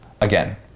Again